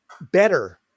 better